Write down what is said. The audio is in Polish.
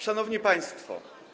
Szanowni Państwo!